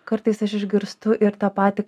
kartais aš išgirstu ir tą patį